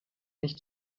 nicht